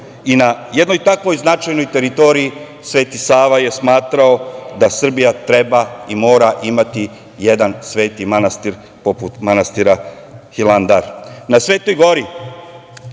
Na jednoj takvoj značajnoj teritoriji Sveti Sava je smatrao da Srbija treba i mora imati jedan Sveti manastir, poput manastira Hilandar. Na Svetoj Gori